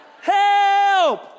Help